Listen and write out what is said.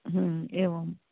एवम्